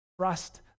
trust